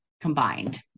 combined